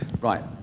Right